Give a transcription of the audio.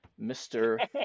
Mr